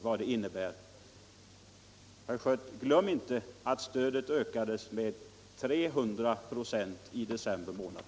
Och glöm inte, herr Schött, att stödet ökades med 300 96 i december månad.